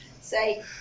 Say